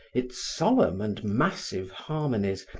its solemn and massive harmonies,